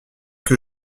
que